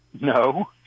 No